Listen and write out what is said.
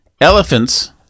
Elephants